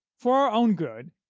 for our own good,